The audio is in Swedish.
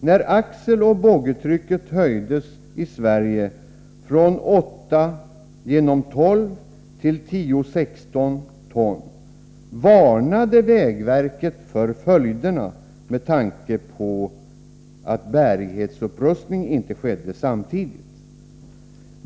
När axeloch boggitrycket höjdes i Sverige från 8 16 varnade vägverket för följderna med tanke på att bärighetsupprustning inte skedde samtidigt.